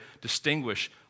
distinguish